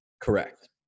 Correct